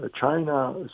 China